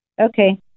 okay